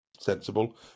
Sensible